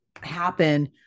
happen